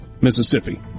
Mississippi